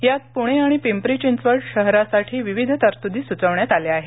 यात प्णे आणि पिंपरी चिंचवड शहरासाठीही विविध तरतूदी सुचवण्यात आल्या आहेत